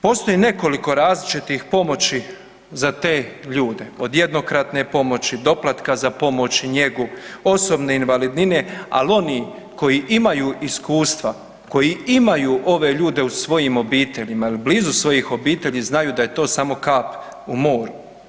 Postoji nekoliko različitih pomoći za te ljude, od jednokratne pomoći, doplatka za pomoć i njegu, osobne invalidnine, ali oni koji imaju iskustva, koji imaju ove ljude u svojim obiteljima ili blizu svojih obitelji, znaju da je to samo kap u moru.